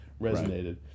resonated